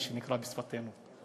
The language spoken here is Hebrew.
מה שנקרא בשפתנו.